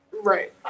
Right